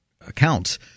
accounts